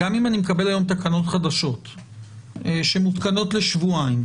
גם אם אני מקבל היום תקנות חדשות שמותקנות לשבועיים,